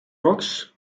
rocks